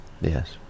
Yes